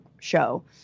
show